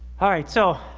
all right, so,